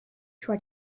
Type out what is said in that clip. try